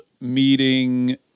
meeting